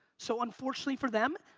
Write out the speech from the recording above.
so unfortunately for them,